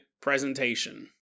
presentation